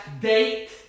Date